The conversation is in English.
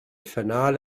finale